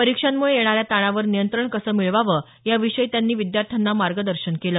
परीक्षांमुळे येणाऱ्या ताणावर नियंत्रण कसं मिळवावं याविषयी त्यांनी विद्यार्थ्यांना मार्गदर्शन केलं